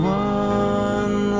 one